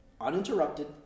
uninterrupted